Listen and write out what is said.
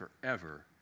forever